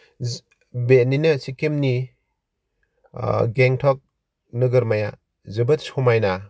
बेनिनो सिक्किमनि ओ गेंतक नोगोरमाया जोबोद समायना